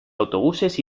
autobuses